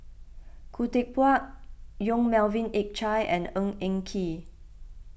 Khoo Teck Puat Yong Melvin Yik Chye and Ng Eng Kee